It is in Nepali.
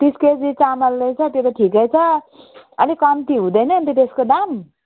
तिस केजी चामल रहेछ त्यो त ठिकै छ अलिक कम्ती हुँदैन अन्त त्यस्को दाम